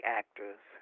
actors